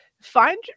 find